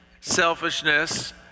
selfishness